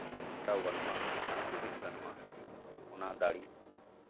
ᱥᱟᱢᱴᱟᱣ ᱜᱟᱱᱚᱜᱼᱟ ᱡᱩᱢᱤᱫ ᱜᱟᱱᱚᱜᱼᱟ ᱚᱱᱟ ᱫᱟᱲᱮ